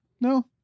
No